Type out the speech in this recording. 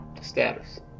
status